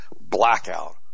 blackout